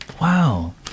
Wow